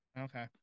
Okay